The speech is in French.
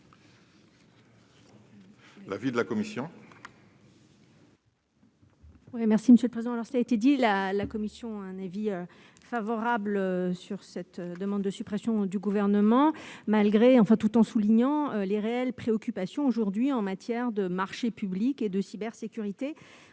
l'avis de la commission ?